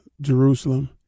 Jerusalem